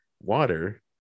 water